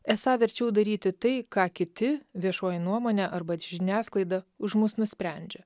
esą verčiau daryti tai ką kiti viešoji nuomonė arba žiniasklaida už mus nusprendžia